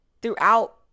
throughout